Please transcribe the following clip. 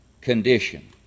condition